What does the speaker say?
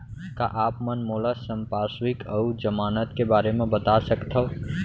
का आप मन मोला संपार्श्र्विक अऊ जमानत के बारे म बता सकथव?